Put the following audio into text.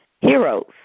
Heroes